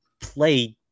play